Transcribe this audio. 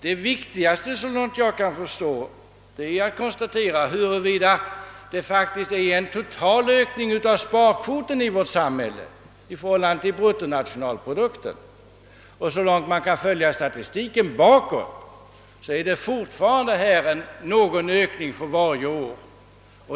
Det viktigaste är, såvitt jag förstår, att konstatera huruvida det faktiskt sker en total ökning av sparkvoten i förhållande till bruttonationalprodukten. Så långt man kan följa statistiken bakåt visar den någon ökning varje år.